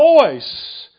voice